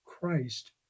Christ